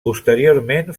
posteriorment